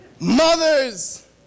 Mothers